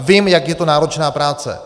Vím, jak je to náročná práce.